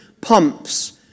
pumps